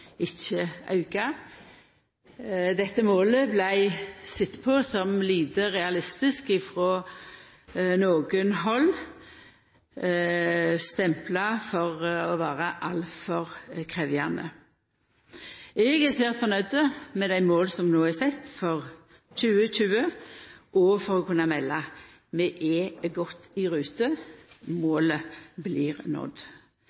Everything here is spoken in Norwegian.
ikkje auka. Dette målet vart sett på som lite realistisk frå nokre hald og stempla som altfor krevjande. Eg er svært fornøgd med dei måla som no er sette for 2020, og for å kunna melda: Vi er godt i rute, målet blir nådd.